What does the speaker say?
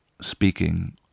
speaking